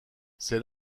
c’est